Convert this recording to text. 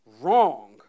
Wrong